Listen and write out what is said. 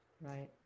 Right